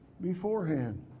beforehand